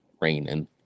raining